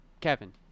Kevin